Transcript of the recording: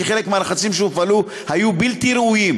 כי חלק מהלחצים שהופעלו היו בלתי ראויים,